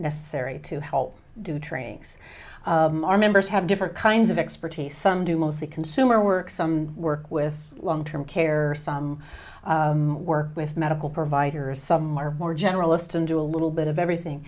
necessary to help do trainings our members have different kinds of expertise some do mostly consumer work some work with long term care some work with medical providers some are more generalist and do a little bit of everything